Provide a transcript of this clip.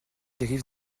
dérive